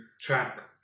track